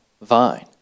vine